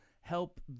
help